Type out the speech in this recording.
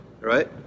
right